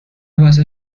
واسه